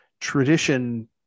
tradition